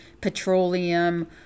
petroleum